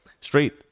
straight